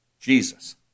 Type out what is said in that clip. Jesus